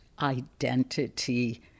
identity